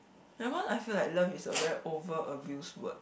ya cause I feel like love is a very over abuse word